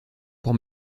pour